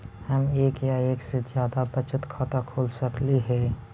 हम एक या एक से जादा बचत खाता खोल सकली हे?